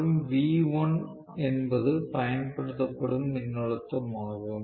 மற்றும் வி 1 என்பது பயன்படுத்தப்படும் மின்னழுத்தமாகும்